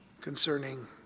concerning